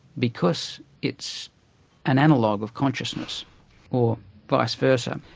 because it's an analogue of consciousness or vice-versa.